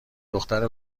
دختر